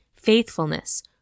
faithfulness